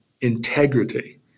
integrity